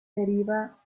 deriva